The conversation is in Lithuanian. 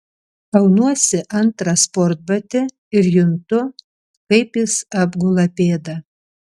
aunuosi antrą sportbatį ir juntu kaip jis apgula pėdą